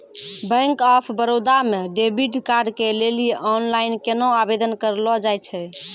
Bank of Baroda मे debit card के लेली आनलाइन केना आवेदन करलो जाय छै?